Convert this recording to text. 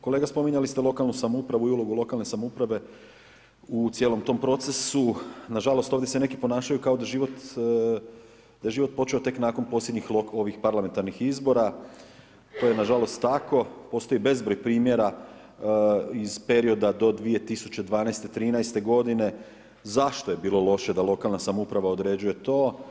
Kolega, spominjali ste lokalnu samoupravu i ulogu lokalne samouprave u cijelom tom procesu, nažalost ovdje se neki ponašaju kao da je život počeo tek nakon posljednjih ovih parlamentarnih izbora, to je nažalost tako, postoji bezbroj primjera iz perioda do 2012., 2013. godine zašto je bilo loše da lokalna samouprava određuje to.